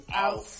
out